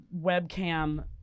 webcam